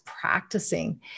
practicing